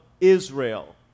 Israel